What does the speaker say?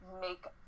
make